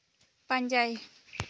ᱯᱟᱸᱡᱟᱭ